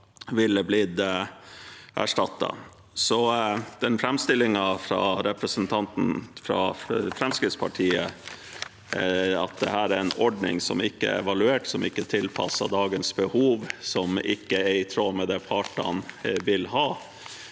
representanten fra Fremskrittspartiet, at dette er en ordning som ikke er evaluert, som ikke er tilpasset dagens behov, og som ikke er i tråd med det partene vil ha,